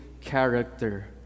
character